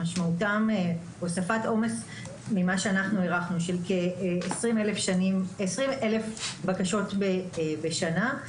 משמעותם הוספת עומס אותו הערכנו שאנחנו בכ-20,000 בקשות בשנה.